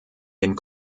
den